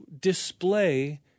display